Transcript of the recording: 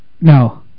No